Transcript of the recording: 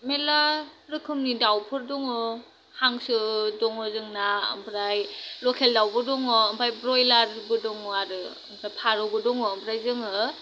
मेरला रोखोमनि दावफोर दङ हांसो दङ जोंना ओमफ्राय लखेल दावबो दङ ओमफ्राय ब्रयलारबो दङ आरो ओमफ्राय फारौबो दङ ओमफ्राय जोङो